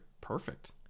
perfect